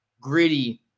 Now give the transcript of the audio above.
gritty